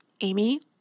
Amy